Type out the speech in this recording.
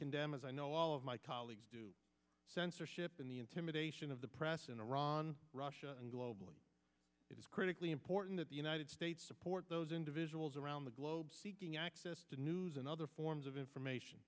condemn as i know all of my colleagues do censorship in the intimidation of the press in iran russia and globally it is critically important that the united states support those individuals around the globe seeking access to news and other forms of information